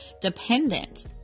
dependent